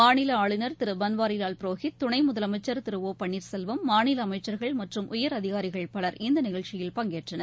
மாநில ஆளுநர் திரு பள்வாரிவால் புரோஹித் துணை முதலமைச்சர் திரு ஓ பன்னீர்செல்வம் மாநில அமைச்சர்கள் மற்றும் உயரதிகாரிகள் பலர் இந்த நிகழ்ச்சியில் பங்கேற்றனர்